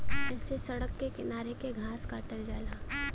ऐसे सड़क के किनारे के घास काटल जाला